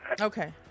okay